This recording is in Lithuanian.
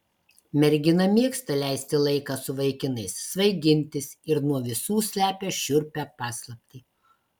mergina mėgsta leisti laiką su vaikinais svaigintis ir nuo visų slepia šiurpią paslaptį